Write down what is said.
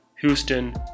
Houston